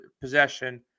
possession